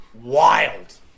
wild